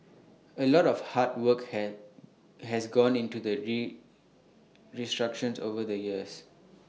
A lot of hard work has has gone into that re restructuring over the years